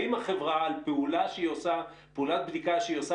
האם החברה על פעולת בדיקה שהיא עושה